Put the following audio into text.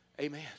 Amen